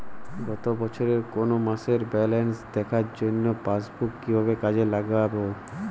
গত বছরের কোনো মাসের ব্যালেন্স দেখার জন্য পাসবুক কীভাবে কাজে লাগাব?